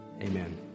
Amen